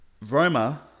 Roma